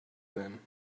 them